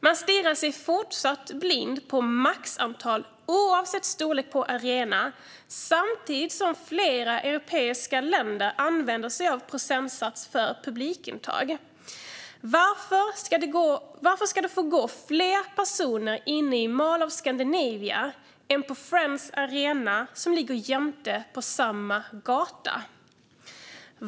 Man fortsätter att stirra sig blind på maxantalet, oavsett storlek på arenan. Samtidigt använder sig flera europeiska länder av procentsats vad gäller publikintag. Varför ska det få gå fler personer inne i Mall of Scandinavia än det får finnas på Friends Arena, som ligger jämte varandra, på samma gata?